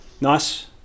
Nice